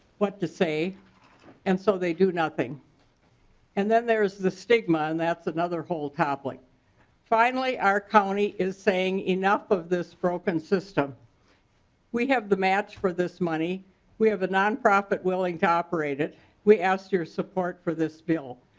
what to say and so they do nothing and then there is the stigma and that's another whole topicism like finally our county is saying enough of this broken system we have the match for this money we have a non-profit willing to operate it we ask for your support for this bill.